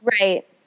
Right